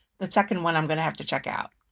the second one i'm going to have to check out.